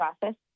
process